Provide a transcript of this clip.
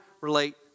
relate